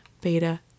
Beta